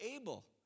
able